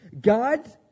God